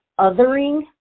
othering